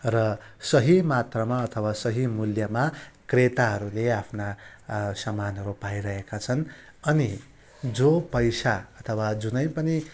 र सही मात्रामा अथवा सही मूल्यमा क्रेताहरूले आफ्ना सामानहरू पाइरहेका छन् अनि जो पैसा अथवा जुनै पनि